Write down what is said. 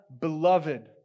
Beloved